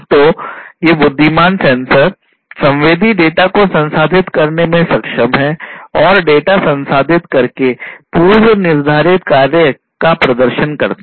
तो ये बुद्धिमान सेंसर संवेदी डेटा को संसाधित करने में सक्षम हैं और डेटा संसाधित करके पूर्व निर्धारित कार्य का प्रदर्शन करता है